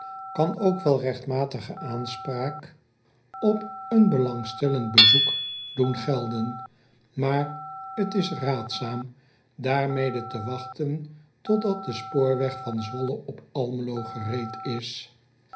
kan ook wel regtmatige aanspraak op een belangstellend bezoek doen gelden maar t is raadzaam daarmede te wachten totdat de spoorweg van wolle op lmelo gereed is